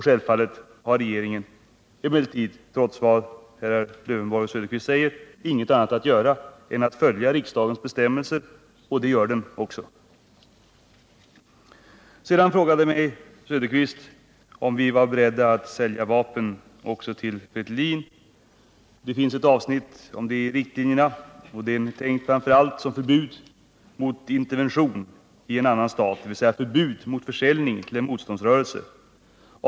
Självklart har emellertid regeringen trots vad herrar Söderqvist och Lövenborg säger ingenting annat att göra än att följa vad riksdagen sagt, och det gör den också. Oswald Söderqvist frågade mig om vi var beredda att sälja vapen också till Fretilin. Det finns ett avsnitt om det i riktlinjerna. Det är tänkt framför allt som ett förbud mot intervention i en annan stat, dvs. förbud mot försäljning till motståndsrörelse.